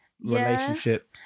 relationship